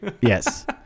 Yes